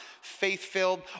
faith-filled